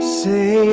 say